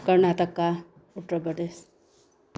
Karnataka Uttar Pradesh